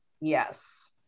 Yes